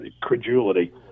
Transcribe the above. credulity